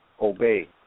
obey